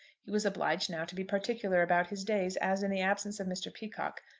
he was obliged now to be particular about his days, as, in the absence of mr. peacocke,